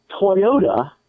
Toyota